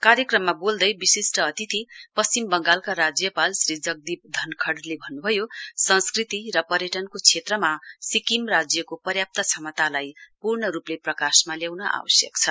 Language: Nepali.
कार्यक्रममा बोल्दै विशिष्ट अतिथि पश्चिम बङ्गालका राज्यपाल श्री जगदीप धनखडले भन्न् भयो संस्कृति र पर्यटनको क्षेत्रमा सिक्किम राज्यको पर्याप्त क्षमतालाई पूर्ण रूपले प्रकाशमा ल्याउन आवश्यक छ